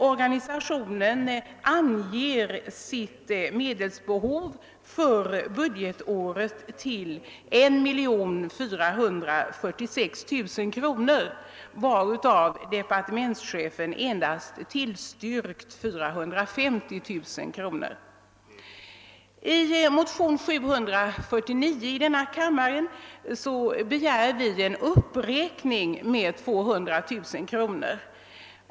Organisationen anger sitt medelsbehov för budgetåret till 1 446 000 kronor, varav departementschefen endast tillstyrker 450 000 kronor. I motion 749 i denna kammare begär vi en uppräkning av anslaget med 200 000 kronor.